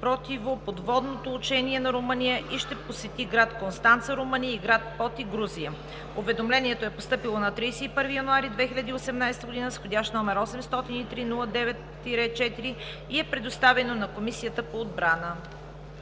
противоподводното учение на Румъния и ще посети град Констанца – Румъния, и град Поти – Грузия. Уведомлението е постъпило на 31 януари 2018 г. с вх. № 803-09-4 и е предоставено на Комисията по отбрана.